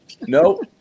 No